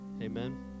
Amen